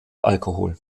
alkohol